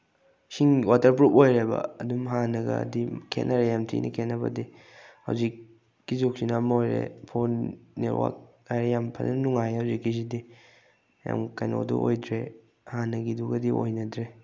ꯏꯁꯤꯡ ꯋꯥꯇꯔꯄ꯭ꯔꯨꯞ ꯑꯣꯏꯔꯦꯕ ꯑꯗꯨꯝ ꯍꯥꯟꯅꯒꯗꯤ ꯈꯦꯠꯅꯔꯦ ꯌꯥꯝꯊꯤꯅ ꯈꯦꯠꯅꯕꯗꯤ ꯍꯧꯖꯤꯛꯀꯤ ꯖꯨꯛꯁꯤꯅ ꯑꯃ ꯑꯣꯏꯔꯦ ꯐꯣꯟ ꯅꯦꯠꯋꯥꯛ ꯍꯥꯏꯔꯦ ꯌꯥꯝ ꯐꯖꯅ ꯅꯨꯉꯥꯏꯔꯦ ꯍꯧꯖꯤꯛꯀꯤꯁꯤꯗꯤ ꯌꯥꯝ ꯀꯩꯅꯣꯗꯣ ꯑꯣꯏꯗ꯭ꯔꯦ ꯍꯥꯟꯅꯒꯤꯗꯨꯒꯗꯤ ꯑꯣꯏꯅꯗ꯭ꯔꯦ